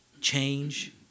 change